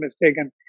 mistaken